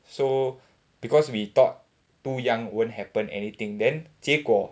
so because we thought too young won't happen anything then 结果